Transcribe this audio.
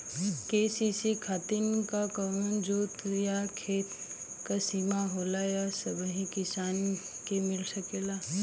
KCC खातिर का कवनो जोत या खेत क सिमा होला या सबही किसान के मिल सकेला?